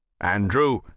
Andrew